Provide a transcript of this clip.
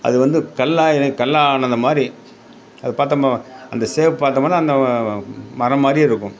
அது வந்து கல்லாக கல்லானது மாதிரி அது பார்த்தம்ம அந்த ஷேப் பார்த்தமுனா அந்த மரம் மாதிரியே இருக்கும்